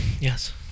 Yes